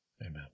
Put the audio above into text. amen